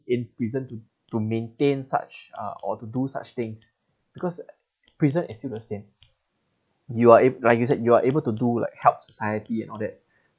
in prison to to maintain such uh or to do such things because prison is still the same you are ab~ like you said you are able to do like help society and all that